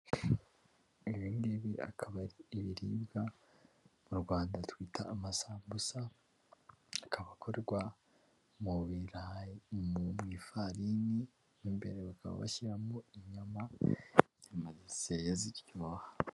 Ibi ngibi akaba ari ibiribwa mu Rwanda twita amasambusa, akaba akorwa mu birayi, mu ifarini, imbere bakaba bashyiramo inyama, inyama ziseye ziryoha.